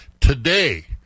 Today